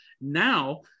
Now